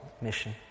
mission